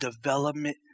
development